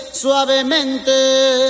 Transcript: suavemente